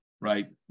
right